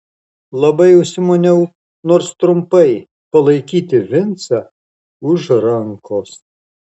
labai užsimaniau nors trumpai palaikyti vincą už rankos